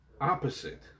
opposite